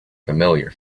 familiar